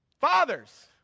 Fathers